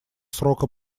срока